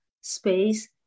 space